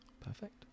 Perfect